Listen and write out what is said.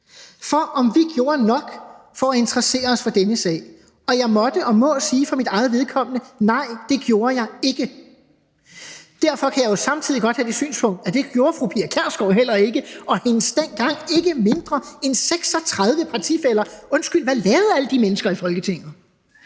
til om vi gjorde nok for at interessere os for denne sag. Og jeg måtte og må sige for mit eget vedkommende: Nej, det gjorde jeg ikke. Derfor kan jeg jo samtidig godt have det synspunkt, at det gjorde fru Pia Kjærsgaard og hendes dengang ikke mindre end 36 partifæller heller ikke. Undskyld, hvad lavede alle de mennesker i Folketinget?